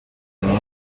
yahoze